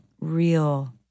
real